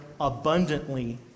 abundantly